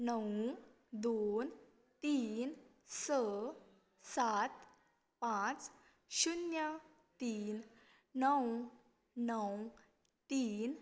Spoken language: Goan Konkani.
णव दोन तीन स सात पांच शुन्य तीन णव णव तीन